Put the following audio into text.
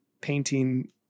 painting